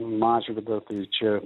mažvydą kai čia